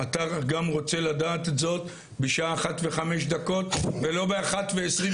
אתה גם רוצה לדעת את זאת בשעה 13:05 ולא ב- 13:22,